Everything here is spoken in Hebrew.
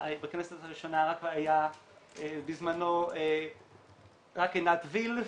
בכנסת הראשונה היה בזמנו רק עינת וילף,